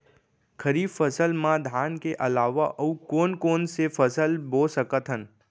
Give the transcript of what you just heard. खरीफ फसल मा धान के अलावा अऊ कोन कोन से फसल बो सकत हन?